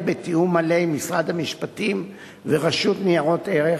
בתיאום מלא עם משרד המשפטים ורשות ניירות ערך,